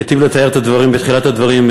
היטיב לתאר את הדברים קודם, בתחילת הדברים,